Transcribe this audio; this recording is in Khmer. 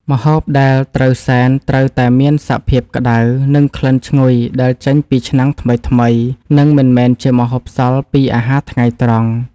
ម្ហូបដែលត្រូវសែនត្រូវតែមានសភាពក្តៅ និងក្លិនឈ្ងុយដែលចេញពីឆ្នាំងថ្មីៗ និងមិនមែនជាម្ហូបសល់ពីអាហារថ្ងៃត្រង់។